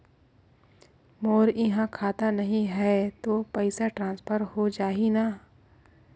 मोर इहां खाता नहीं है तो पइसा ट्रांसफर हो जाही न?